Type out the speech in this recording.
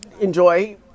enjoy